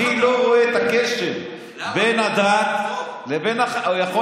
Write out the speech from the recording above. אני לא רואה את הקשר בין הדת לבין החיילים.